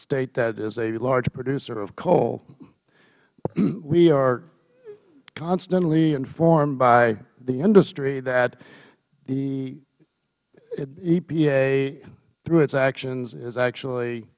state that is a large producer of coal we are constantly informed by the industry that the epa through its actions is actually